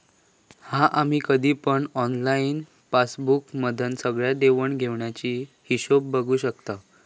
हा आम्ही कधी पण ऑनलाईन पासबुक मधना सगळ्या देवाण घेवाणीचो हिशोब बघू शकताव